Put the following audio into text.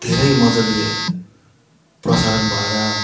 धेरै मजाले प्रसारण भएर